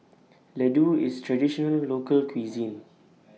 Ladoo IS Traditional Local Cuisine